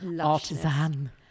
Artisan